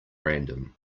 random